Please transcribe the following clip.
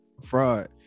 fraud